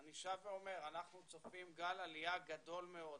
אני שב ואומר שאנחנו צופים גל עלייה גדול מאוד,